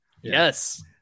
Yes